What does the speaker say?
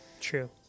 True